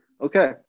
Okay